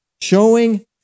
Showing